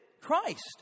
Christ